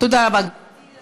תודה רבה, גברתי.